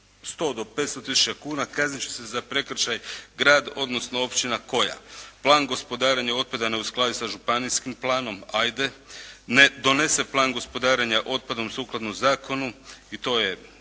100 do 500000 kuna kaznit će se za prekršaj grad, odnosno općina koja plan gospodarenja otpada ne uskladi sa županijskim planom“, ajde. “Ne donese plan gospodarenja otpadom sukladno zakonu“ i to je